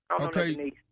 Okay